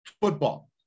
Football